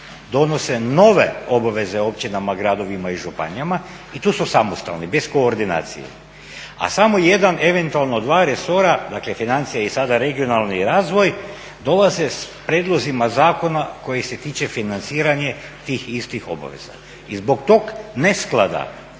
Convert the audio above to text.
donose nove obaveze općinama, gradovima i županijama i tu su samostalni bez koordinacije. A samo jedan, eventualno dva resora, dakle financije i sada regionalni razvoj, dolaze s prijedlozima zakona koji se tiče financiranja tih istih obaveza. I zbog tog nesklada